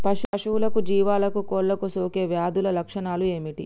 పశువులకు జీవాలకు కోళ్ళకు సోకే వ్యాధుల లక్షణాలు ఏమిటి?